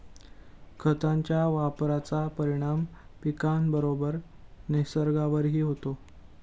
खतांच्या वापराचा परिणाम पिकाबरोबरच निसर्गावरही होतो